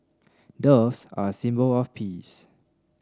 doves are a symbol of peace